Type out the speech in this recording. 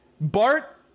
Bart